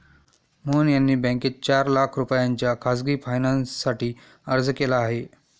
मोहन यांनी बँकेत चार लाख रुपयांच्या खासगी फायनान्ससाठी अर्ज केला आहे